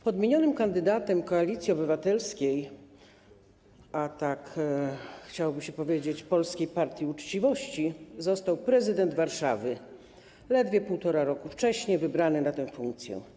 Podmienionym kandydatem Koalicji Obywatelskiej, a tak chciałoby się powiedzieć, polskiej partii uczciwości, został prezydent Warszawy ledwie 1,5 roku wcześniej wybrany na tę funkcję.